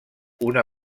una